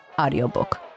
audiobook